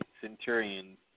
centurions